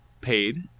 paid